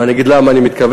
ואני אגיד למה אני מתכוון,